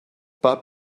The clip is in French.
pas